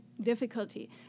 difficulty